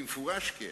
במפורש כן.